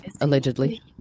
allegedly